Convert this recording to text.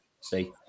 see